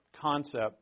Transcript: concept